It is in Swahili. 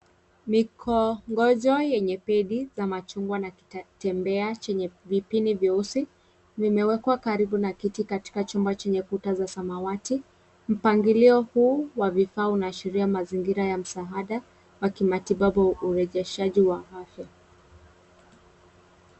Mikongojo yenye pedi za machungwa na kitembea chenye vipini vyeusi vimewekwa karibu na kiti katika chumba chenye kuta za samawati . Mpangilio huu wa vifaa unaashiria mazingira ya msaada wa kimatibabu au urejeshaji wa afya.